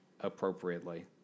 appropriately